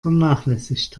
vernachlässigt